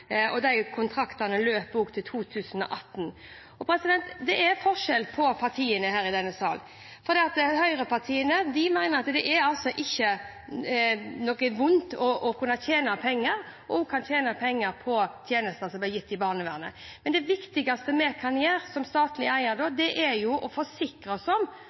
og de kontraktene løp til 2018. Det er forskjell på partiene her i denne salen, for høyrepartiene mener at det altså ikke er noe galt i å kunne tjene penger og også tjene penger på tjenester som blir gitt i barnevernet. Men det viktigste vi som statlig eier da kan gjøre, er å forsikre oss om